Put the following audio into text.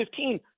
2015